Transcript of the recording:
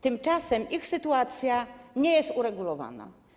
Tymczasem ich sytuacja nie jest uregulowana.